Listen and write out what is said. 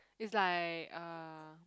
is like uh